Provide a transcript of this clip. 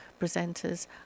presenters